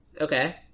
Okay